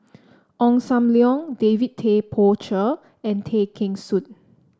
Ong Sam Leong David Tay Poey Cher and Tay Kheng Soon